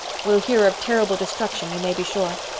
we'll hear of terrible destruction, you may be sure.